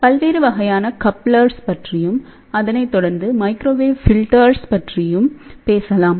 பல்வேறு வகையான கப்ளர்களைப் பற்றியும் அதனைத் தொடர்ந்து மைக்ரோவேவ் ஃபில்டர் ஸ் பற்றியும் பேசலாம்